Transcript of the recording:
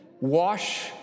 wash